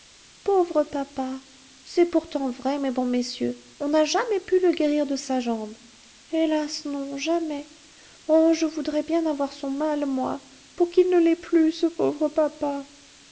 pauvre papa c'est pourtant vrai mes bons messieurs on n'a jamais pu le guérir de sa jambe hélas non jamais oh je voudrais bien avoir son mal moi pour qu'il ne l'ait plus ce pauvre papa